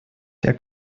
der